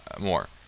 more